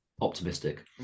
optimistic